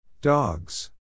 Dogs